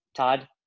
Todd